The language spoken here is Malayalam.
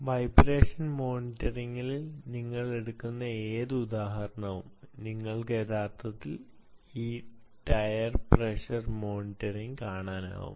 വൈബ്രേഷൻ മോണിറ്ററിംഗിൽ നിങ്ങൾ എടുക്കുന്ന ഏത് ഉദാഹരണവും നിങ്ങൾക്ക് യഥാർത്ഥത്തിൽ ഈ ടയർ പ്രഷർ മോണിറ്ററിംഗ് കാണാനാകും